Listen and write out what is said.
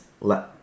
Let